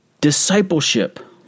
discipleship